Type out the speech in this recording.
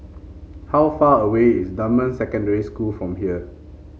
how far away is Dunman Secondary School from here